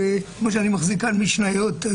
כמו שאני מחזיק כאן משניות.